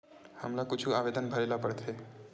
हमला कुछु आवेदन भरेला पढ़थे?